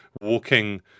walking